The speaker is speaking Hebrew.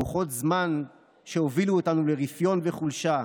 רוחות זמן שהובילו אותנו לרפיון וחולשה,